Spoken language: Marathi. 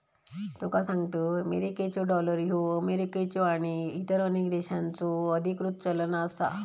तुका सांगतंय, मेरिकेचो डॉलर ह्यो अमेरिकेचो आणि इतर अनेक देशांचो अधिकृत चलन आसा